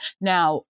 Now